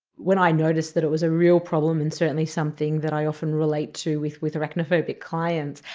when i noticed that it was a real problem, and certainly something that i often relate to with with arachnophobia clients,